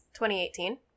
2018